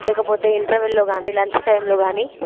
లేకపోతే ఇంటర్వెల్లో కాని లంచ్ టైంలో కాని